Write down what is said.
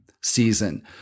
season